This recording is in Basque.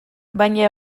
baina